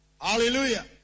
Hallelujah